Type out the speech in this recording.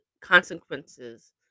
consequences